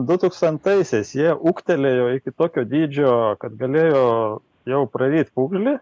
du tūkstantaisiais jie ūgtelėjo iki tokio dydžio kad galėjo jau praryt pūgžlį